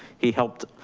he helped